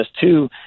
two